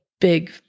big